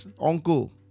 uncle